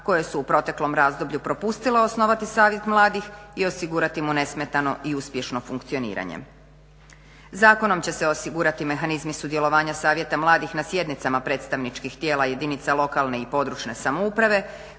koje su u proteklom razdoblju propustile osnovati Savjet mladih i osigurati mu nesmetano i uspješno funkcioniranje. Zakonom će se osigurati mehanizmi sudjelovanja Savjeta mladih na sjednicama predstavničkih tijela jedinica lokalne i područne samouprave